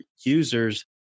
users